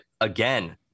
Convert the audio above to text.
again